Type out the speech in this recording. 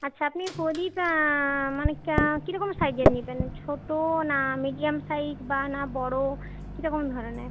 আচ্ছা আপনি প্রদীপ মানে কী রকম সাইজের নেবেন ছোট না মিডিয়াম সাইজ বা না বড় কীরকম ধরনের